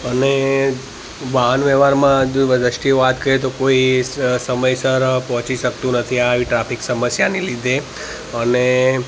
અને વાહન વ્યવહારમાં અ દૃષ્ટિએ વાત કરીએ તો કોઈ સમયસર પહોંચી શકતું નથી આવી ટ્રાફિક સમસ્યાને લીધે અને